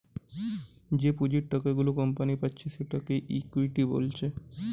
যে পুঁজির টাকা গুলা কোম্পানি পাচ্ছে সেটাকে ইকুইটি বলছে